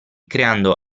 creando